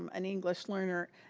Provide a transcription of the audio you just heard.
um an english learner.